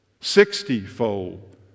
Sixtyfold